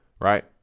right